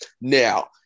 Now